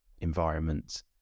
environment